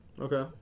Okay